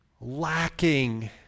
lacking